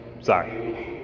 Sorry